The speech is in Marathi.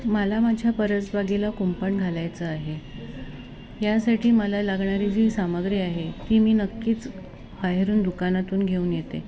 मला माझ्या परसबागेला कुंपण घालायचं आहे यासाठी मला लागणारी जी सामग्री आहे ती मी नक्कीच बाहेरून दुकानातून घेऊन येते